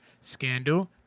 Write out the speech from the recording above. Scandal